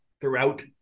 throughout